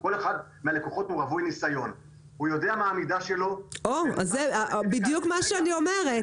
כל לקוח יודע מה המידה שלו --- זה בדיוק מה שאני אומרת.